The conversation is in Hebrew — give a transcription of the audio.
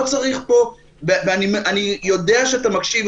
שאתה מקשיב,